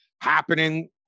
happening